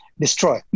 destroy